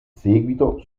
seguito